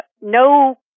no